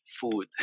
food